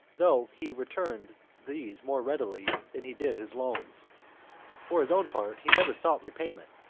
though he returned these more readily than he did his loans for his own part he never sought repayment,